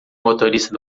motorista